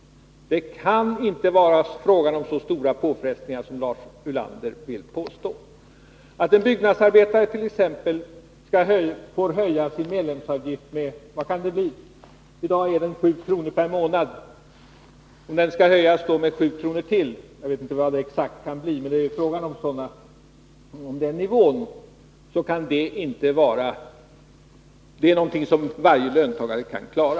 Det kan inte vara fråga om så stora påfrestningar som Lars Ulander vill göra gällande. I dag är medlemsavgiften för t.ex. en byggnadsarbetare 7 kr. per månad, och höjningen skulle bli ca 7 kr. — jag vet inte exakt, men det rör sig om ett sådant belopp. Detta är, menar jag, någonting som varje löntagare kan klara.